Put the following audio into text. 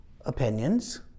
Opinions